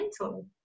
mental